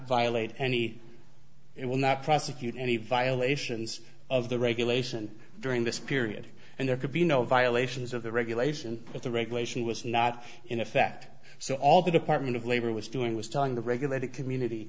violate any it will not prosecute any violations of the regulation during this period and there could be no violations of the regulation if the regulation was not in effect so all the department of labor was doing was trying to regulate it community